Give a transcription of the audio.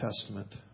Testament